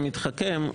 הוא מתחכם,